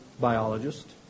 biologist